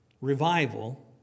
revival